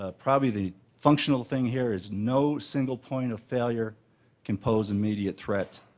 ah probably the functional thing here is no single point of failure can pose immediate threat